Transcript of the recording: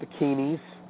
bikinis